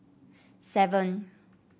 seven